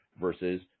versus